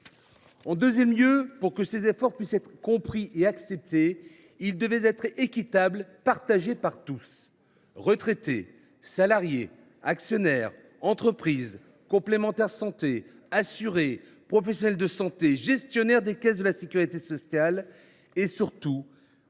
En deuxième lieu, pour que les efforts puissent être compris et acceptés, ils devaient être équitables et partagés par tous – retraités, salariés, actionnaires, entreprises, complémentaires santé, assurés, professionnels de santé, gestionnaires des caisses de la sécurité sociale – et, surtout,